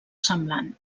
semblant